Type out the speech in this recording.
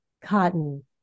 cotton